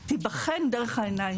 עתידי תיבחן דרך העיניים האלו.